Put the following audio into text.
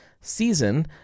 season